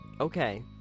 okay